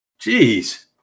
Jeez